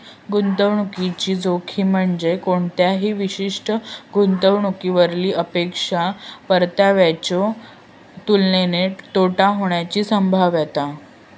गुंतवणुकीची जोखीम म्हणजे कोणत्याही विशिष्ट गुंतवणुकीवरली अपेक्षित परताव्याच्यो तुलनेत तोटा होण्याची संभाव्यता